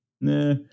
Nah